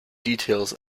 details